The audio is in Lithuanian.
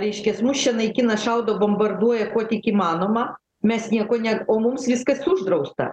reiškias mus čia naikina šaudo bombarduoja kuo tik įmanoma mes nieko ne o mums viskas uždrausta